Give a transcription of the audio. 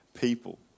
people